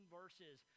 verses